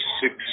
six